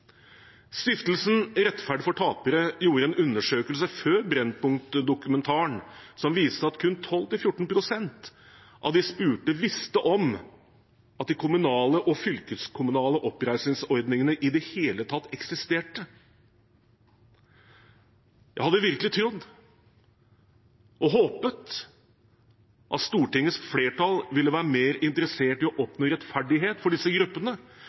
Stiftelsen Rettferd for taperne gjorde en undersøkelse før Brennpunkt-dokumentaren som viste at kun 12–14 pst. av de spurte visste om at de kommunale og fylkeskommunale oppreisningsordningene i det hele tatt eksisterte. Jeg hadde virkelig trodd og håpet at Stortingets flertall ville vært mer interessert i å oppnå rettferdighet for disse gruppene